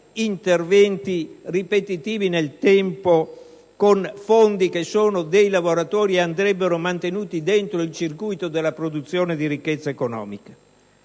interventi ripetitivi nel tempo con fondi che sono dei lavoratori ed andrebbero mantenuti nel circuito della produzione di ricchezza economica.